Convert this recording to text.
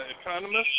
economist